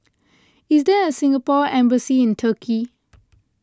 is there a Singapore Embassy in Turkey